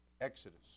Exodus